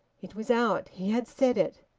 it was out. he had said it.